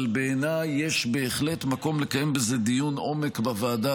אבל בעיניי יש בהחלט מקום לקיים בזה דיון עומק בוועדה,